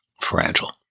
fragile